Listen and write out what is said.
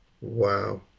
Wow